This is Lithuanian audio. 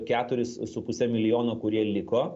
keturis su puse milijono kurie liko